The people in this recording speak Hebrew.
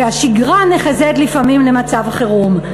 והשגרה נחזית לפעמים למצב חירום.